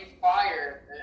fire